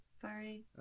sorry